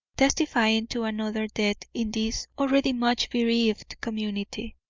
testifying to another death in this already much-bereaved community,